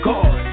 God